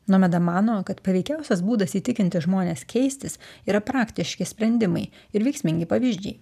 nomeda mano kad paveikiausias būdas įtikinti žmones keistis yra praktiški sprendimai ir veiksmingi pavyzdžiai